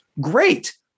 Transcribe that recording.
Great